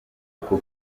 ako